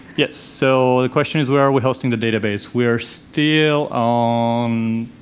yes so, the question is where are we hosting the database? we are still um